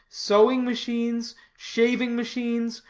sewing machines, shaving machines,